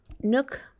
Nook